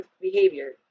behavior